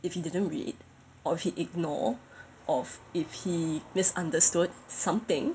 if he didn't read or if he ignore or if he misunderstood something